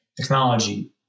technology